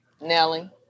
Nelly